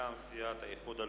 מטעם סיעת האיחוד הלאומי,